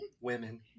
women